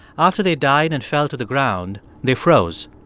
after they died and fell to the ground, they froze.